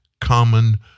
common